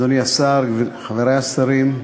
אדוני השר, חברי השרים,